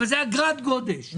אבל זה אגרת גודש,